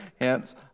Hence